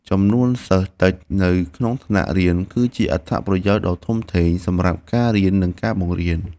ចំនួនសិស្សតិចនៅក្នុងថ្នាក់រៀនគឺជាអត្ថប្រយោជន៍ដ៏ធំធេងសម្រាប់ការរៀននិងការបង្រៀន។